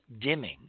dimming